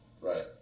Right